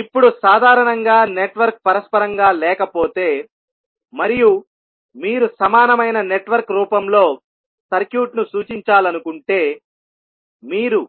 ఇప్పుడు సాధారణంగా నెట్వర్క్ పరస్పరం గా లేకపోతే మరియు మీరు సమానమైన నెట్వర్క్ రూపంలో సర్క్యూట్ను సూచించాలనుకుంటే మీరు